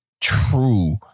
true